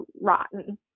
rotten